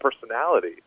personality